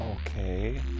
okay